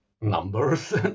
numbers